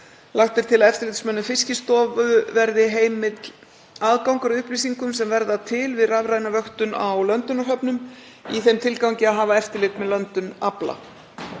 Lagt er til að eftirlitsmönnum Fiskistofu verði heimill aðgangur að upplýsingum sem verða til við rafræna vöktun á löndunarhöfnum í þeim tilgangi að hafa eftirlit með löndun afla.